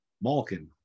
Malkin